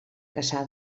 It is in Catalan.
cassà